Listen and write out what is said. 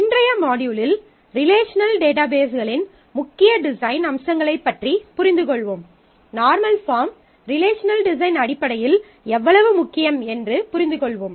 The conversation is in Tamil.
இன்றைய மாட்யூலில் ரிலேஷனல் டேட்டாபேஸ்களின் முக்கிய டிசைன் அம்சங்களைப் பற்றி புரிந்துகொள்வோம் நார்மல் பாஃர்ம் ரிலேஷனல் டிசைன் அடிப்படையில் எவ்வளவு முக்கியம் என்று புரிந்து கொள்வோம்